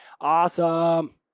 Awesome